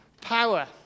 power